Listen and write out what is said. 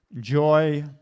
joy